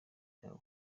cyawe